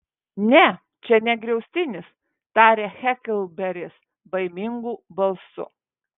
ne čia ne griaustinis tarė heklberis baimingu balsu